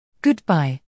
Goodbye